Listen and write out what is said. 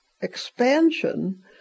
expansion